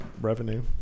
revenue